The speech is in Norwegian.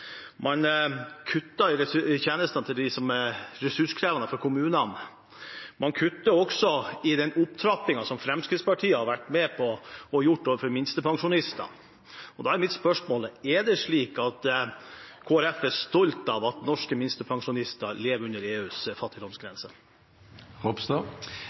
Man kutter i tjenestene til dem som er ressurskrevende for kommunene. Man kutter også i den opptrappingen som Fremskrittspartiet har vært med på å gjøre overfor minstepensjonistene. Da er mitt spørsmål: Er det slik at Kristelig Folkeparti er stolt av at norske minstepensjonister lever under EUs